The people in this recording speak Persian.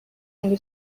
اگه